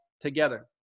together